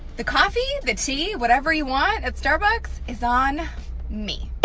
the coffee, the tea, whatever you want at starbucks is on me.